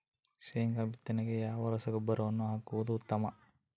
ಶೇಂಗಾ ಬಿತ್ತನೆಗೆ ಯಾವ ರಸಗೊಬ್ಬರವನ್ನು ಹಾಕುವುದು ಉತ್ತಮ?